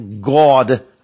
God